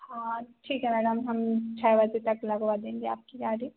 हाँ ठीक है मैडम हम छः बजे तक लगवा देंगे आपकी गाड़ी